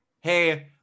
hey